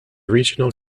regional